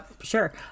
Sure